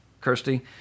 Kirsty